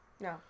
No